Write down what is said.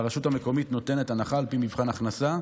והרשות המקומית נותנת הנחה על פי מבחן הכנסה.